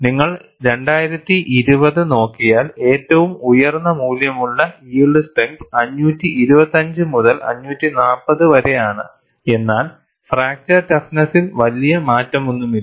നിങ്ങൾ 2020 നോക്കിയാൽ ഏറ്റവും ഉയർന്ന മൂല്യമുള്ള യിൽഡ് സ്ട്രെങ്ത് 525 മുതൽ 540 വരെ ആണ് എന്നാൽ ഫ്രാക്ചർ ടഫ്നെസ്സിൽ വലിയ മാറ്റമൊന്നുമില്ല